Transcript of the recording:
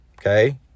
okay